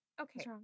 Okay